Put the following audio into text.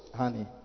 honey